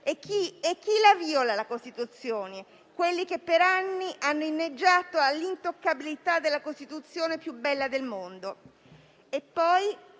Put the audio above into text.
Chi viola la Costituzione? Quelli che per anni hanno inneggiato all'intoccabilità della Costituzione più bella del mondo.